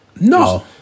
No